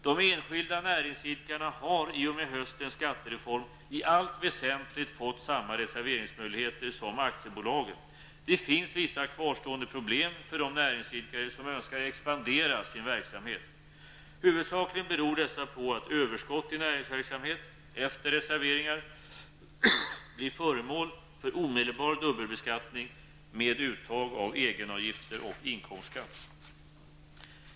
De enskilda näringsidkarna har i och med höstens skattereform i allt väsentligt fått samma reserveringsmöjligheter som aktiebolagen. Det finns vissa kvarstående problem för de näringsidkare som önskar expandera sin verksamhet. Huvudsakligen beror dessa på att överskott i näringsverksamhet -- efter reserveringar -- blir föremål för omedelbar dubbelbeskattning med uttag av egenavgifter och inkomstskatt.